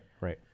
right